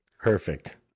Perfect